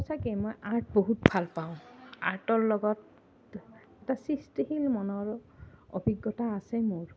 সঁচাকে মই আৰ্ট বহুত ভাল পাওঁ আৰ্টৰ লগত এটা সৃষ্টিশীল মনৰ অভিজ্ঞতা আছে মোৰ